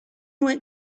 went